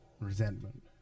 Resentment